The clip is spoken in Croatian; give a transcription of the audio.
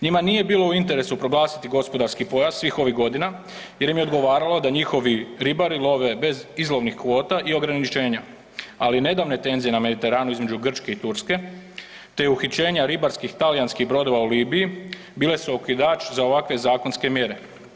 Njima nije bilo u interesu proglasiti gospodarskih pojas svih ovih godina jer im je odgovaralo da njihovi ribari love bez izlovnih kvota i ograničenja, ali nedavne tenzije na Mediteranu između Grčke i Turske te uhićenja ribarskih talijanskih brodova u Libiji bile su okidač za ovakve zakonske mjere.